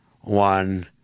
one